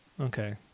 Okay